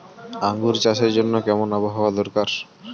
আঙ্গুর চাষের জন্য কেমন আবহাওয়া দরকার?